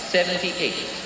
Seventy-eight